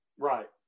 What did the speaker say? Right